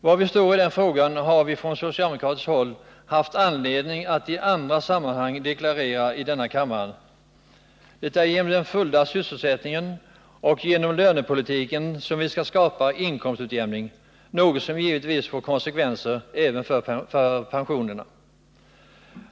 Var vi står i den frågan har vi från socialdemokratiskt håll haft anledning att i andra sammanhang deklarera i denna kammare. Det är genom den fulla sysselsättningen och genom lönepolitiken som vi skall skapa inkomstutjämning, något som givetvis får konsekvenser även för pensionerna.